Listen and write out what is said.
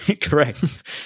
Correct